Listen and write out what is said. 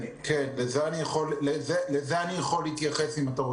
אנחנו מנסים למצוא